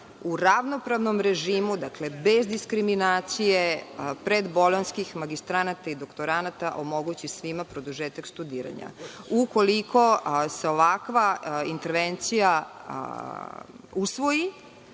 u ravnopravnom režimu, dakle, bez diskriminacije predbolonjskih magistranata i doktoranata omogući svima produžetak studiranja. Ukoliko se ovakva intervencija usvoji